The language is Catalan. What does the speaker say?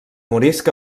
morisc